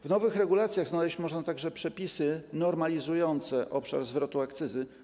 W nowych regulacjach znaleźć można także przepisy normalizujące obszar zwrotu akcyzy.